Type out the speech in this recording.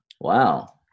Wow